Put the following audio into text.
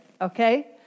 okay